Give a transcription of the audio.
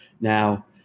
now